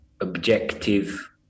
objective